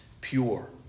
pure